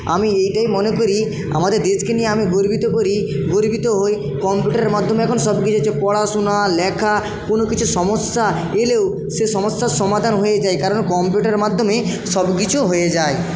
আমি এইটাই মনে করি আমাদের দেশকে নিয়ে আমি গর্বিত করি গর্বিত হই কম্পিউটারের মাধ্যমে এখন সব কিছু হচ্ছে পড়াশোনা লেখা কোনো কিছু সমস্যা এলেও সে সমস্যার সমাধান হয়ে যায় কারণ কম্পিউটারের মাধ্যমেই সব কিছু হয়ে যায়